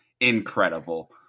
incredible